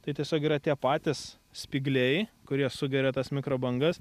tai tiesiog yra tie patys spygliai kurie sugeria tas mikrobangas